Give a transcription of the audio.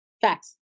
Facts